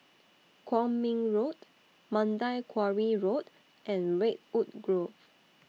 Kwong Min Road Mandai Quarry Road and Redwood Grove